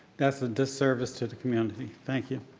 that's a disservice to the community. thank you.